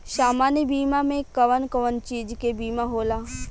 सामान्य बीमा में कवन कवन चीज के बीमा होला?